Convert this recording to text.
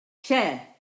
chair